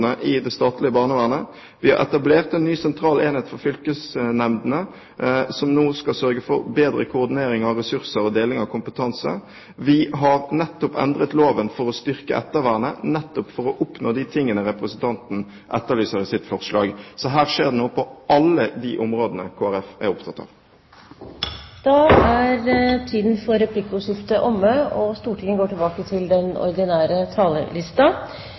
i det statlige barnevernet. Vi har etablert en ny sentral enhet for fylkesnemndene, som nå skal sørge for bedre koordinering av ressurser og deling av kompetanse. Vi har endret loven for å styrke ettervernet, nettopp for å oppnå de tingene representanten etterlyser i sitt forslag. Så her skjer det noe på alle de områdene Kristelig Folkeparti er opptatt av. Replikkordskiftet er